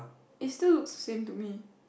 is still looks same to me